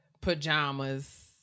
pajamas